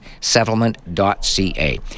Settlement.ca